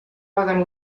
poden